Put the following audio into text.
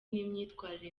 n’imyitwarire